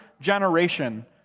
generation